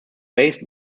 based